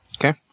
Okay